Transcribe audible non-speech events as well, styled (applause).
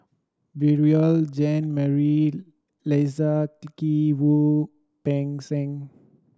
Beurel Jean Marie Leslie (unintelligible) Kee Wu Peng Seng